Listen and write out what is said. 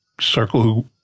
circle